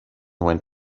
went